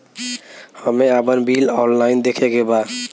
हमे आपन bill online देखे के बा?